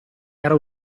era